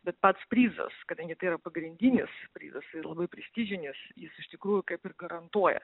bet pats prizas kadangi tai yra pagrindinis prizas ir labai prestižinis jis iš tikrųjų kaip ir garantuoja